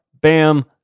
Bam